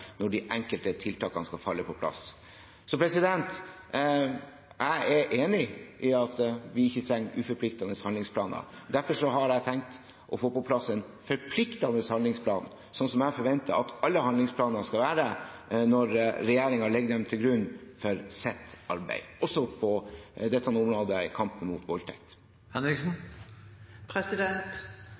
når de enkelte tiltakene skal falle på plass. Så jeg er enig i at vi ikke trenger uforpliktende handlingsplaner. Derfor har jeg tenkt å få på plass en forpliktende handlingsplan – slik jeg forventer at alle handlingsplaner skal være når regjeringen legger dem til grunn for sitt arbeid – også på dette området, i kampen mot voldtekt.